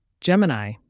Gemini